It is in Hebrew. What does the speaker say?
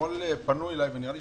אתמול פנו אלי, ונראה לי